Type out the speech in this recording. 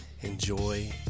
Enjoy